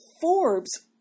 Forbes